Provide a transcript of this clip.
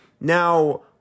Now